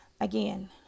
again